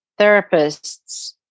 therapists